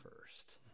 first